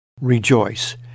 rejoice